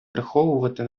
приховувати